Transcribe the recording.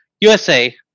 USA